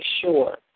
sure